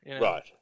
Right